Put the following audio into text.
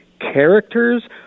characters